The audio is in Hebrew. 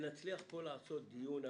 שנצליח פה לעשות דיון אמתי,